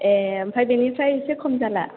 ए ओमफ्राय बेनिफ्राय एसे खम जाला